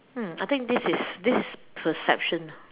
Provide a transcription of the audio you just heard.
mm I think this is this is perception